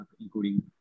including